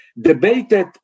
debated